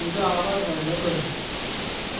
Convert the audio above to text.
तुजो आवाज व्हडलो कर